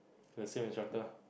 the same instructor lah